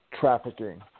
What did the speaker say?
trafficking